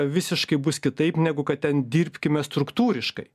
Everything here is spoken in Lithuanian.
visiškai bus kitaip negu kad ten dirbkime struktūriškai